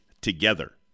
together